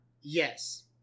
Yes